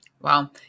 Wow